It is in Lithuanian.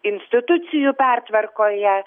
institucijų pertvarkoje